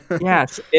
Yes